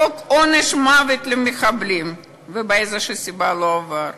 ת חוק עונש מוות למחבלים ומאיזו סיבה הוא לא עבר.